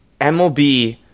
MLB